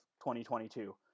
2022